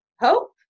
hope